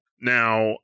now